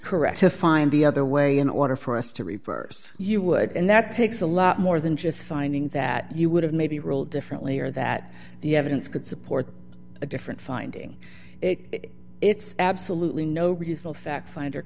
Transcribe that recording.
correct to find the other way in order for us to reverse you would and that takes a lot more than just finding that you would have maybe ruled differently or that the evidence could support a different finding it it's absolutely no reducible factfinder